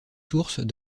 sources